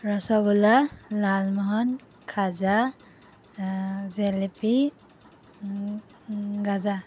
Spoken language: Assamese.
ৰসগোল্লা লালমোহন খাজা জেলেপি গাজা